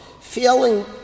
feeling